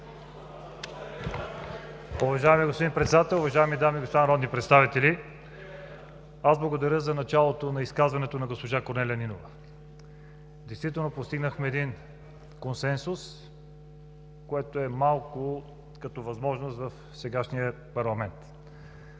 Уважаеми господин Председател, уважаеми дами и господа народни представители! Аз благодаря за началото на изказването на госпожа Корнелия Нинова. Действително постигнахме един консенсус, което е малко като възможност в сегашния парламент,